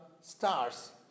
stars